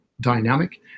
dynamic